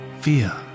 fear